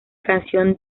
canción